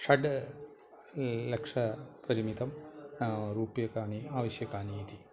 षट् लक्षपरिमितं रूप्यकाणि आवश्यकानि इति